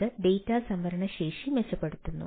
അത് ഡാറ്റ സംഭരണ ശേഷി മെച്ചപ്പെടുത്തുന്നു